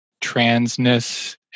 transness